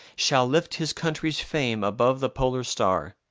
shall lift his country's fame above the polar star.